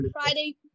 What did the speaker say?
Friday